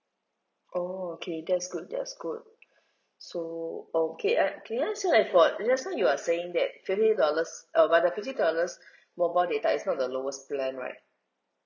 oh okay that's good that's good so okay uh can I ask you like for just now say you are saying that fifty dollars uh but the fifty dollars mobile data is not the lowest plan right